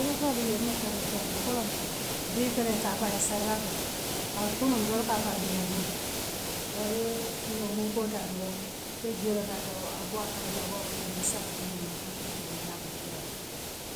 Domoru feŋool bijee mun tabiroo feeyaatale folonto bii ifelee ikaa faayee serelaako bare kunuŋ ntool kaa faayee duumandoo woo yee yewoo muŋkoo taa doroŋ ye jiwoo le taa doroŋ a boo akandia doroŋ kaa niissaal duŋ konooto naa tabita doroŋ yaa bondi yaa.